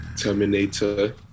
Terminator